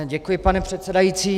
Děkuji, pane předsedající.